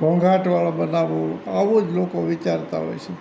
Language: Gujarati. ઘોંઘાટવાળો બનાવવો આવું જ લોકો વિચારતા હોય છે